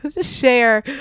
share